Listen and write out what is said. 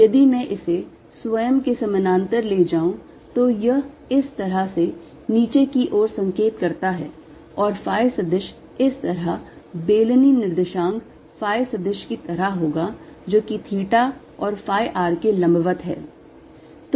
यदि मैं इसे स्वयं के समानांतर ले जाऊं तो यह इस तरह से नीचे की ओर संकेत करता है और phi सदिश इस तरह बेलनी निर्देशांक phi सदिश की तरह होगा जो कि थीटा और phi r के लंबवत है